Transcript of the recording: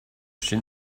chez